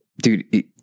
dude